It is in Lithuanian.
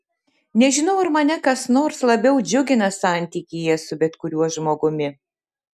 nežinau ar mane kas nors labiau džiugina santykyje su bet kuriuo žmogumi